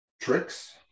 Tricks